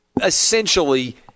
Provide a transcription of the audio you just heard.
essentially